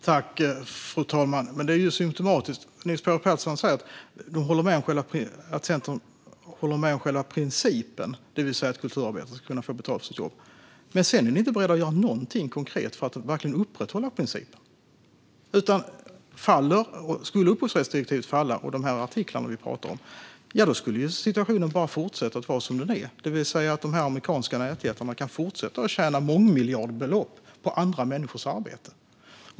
Fru talman! Det är symtomatiskt att Centern håller med om själva principen, det vill säga att kulturarbetare ska kunna få betalt för sitt jobb, men att ni sedan inte är beredda att göra någonting konkret för att verkligen upprätthålla principen. Om upphovsrättsdirektivet och de artiklar som vi talar om skulle falla skulle situationen fortsätta att vara som den är, det vill säga att de amerikanska nätjättarna kan fortsätta att tjäna mångmiljardbelopp på andra människors arbete.